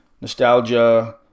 nostalgia